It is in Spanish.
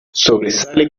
sobresale